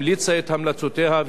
המליצה את המלצותיה,